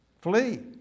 Flee